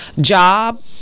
job